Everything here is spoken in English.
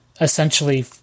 essentially